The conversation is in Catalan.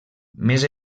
més